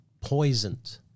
poisoned